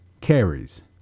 carries